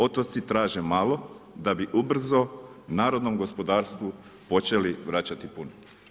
Otoci traže male da bi ubrzo narodnom gospodarstvu počeli vraćati puno.